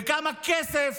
וכמה כסף